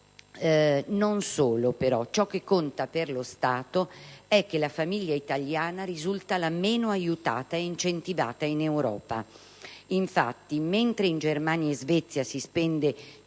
non solo, ciò che conta per lo Stato è che la famiglia italiana risulta la meno aiutata e incentivata in Europa. Infatti, mentre in Germania e Svezia si spende